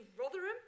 Rotherham